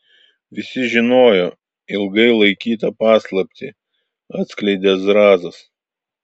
visi žinojo ilgai laikytą paslaptį atskleidė zrazas